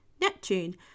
Neptune